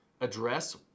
address